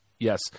Yes